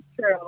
true